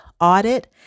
Audit